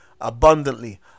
abundantly